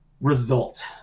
result